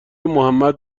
محمد